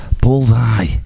Bullseye